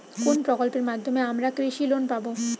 কোন প্রকল্পের মাধ্যমে আমরা কৃষি লোন পাবো?